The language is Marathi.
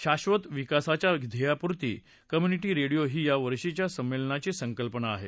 शाबत विकासाच्या ध्येयपूर्तीसाठी कम्युनिटी रेडिओ ही यावर्षीच्या संमेलनाची संकल्पना आहे